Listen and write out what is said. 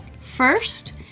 First